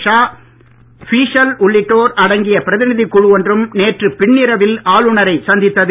ஷா ஃபீஸல் உள்ளிட்டோர் அடங்கிய பிரதிநிதிக் குழு ஒன்றும் நேற்று பின்னிரவில் ஆளுனரை சந்தித்தது